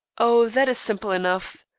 oh, that is simple enough.